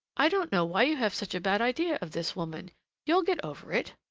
i don't know why you have such a bad idea of this woman you'll get over it!